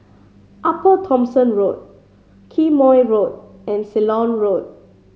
Upper Thomson Road Quemoy Road and Ceylon Road